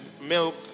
milk